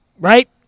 right